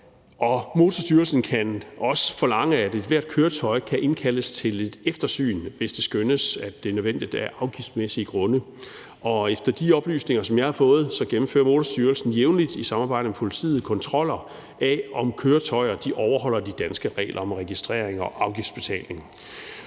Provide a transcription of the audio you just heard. Motorstyrelsen kan også forlange, at ethvert køretøj skal indkaldes til et eftersyn, hvis det skønnes, at det er nødvendigt af afgiftsmæssige grunde, og efter de oplysninger, som jeg har fået, gennemfører Motorstyrelsen jævnligt i samarbejde med politiet kontroller af, om køretøjer overholder de danske regler om registrering og afgiftsbetaling.